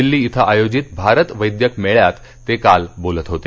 दिल्ली इथं आयोजित भारत वैद्यक मेळ्यात ते काल बोलत होते